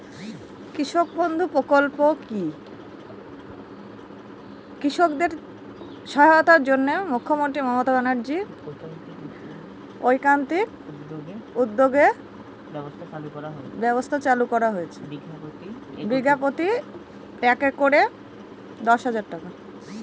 কৃষক বন্ধু প্রকল্প কি?